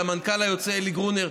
למנכ"ל היוצא אלי גרונר,